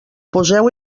poseu